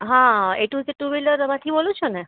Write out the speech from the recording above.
હા A to Z ટુવ્હીલરમાંથી બોલો છો ને